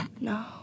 No